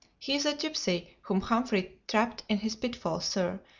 he is a gipsy whom humphrey trapped in his pitfall, sir,